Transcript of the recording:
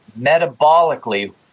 metabolically